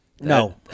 No